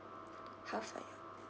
half a year